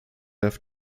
darf